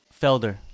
Felder